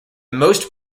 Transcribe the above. most